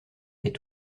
est